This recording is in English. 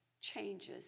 changes